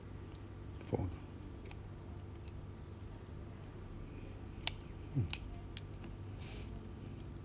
for mm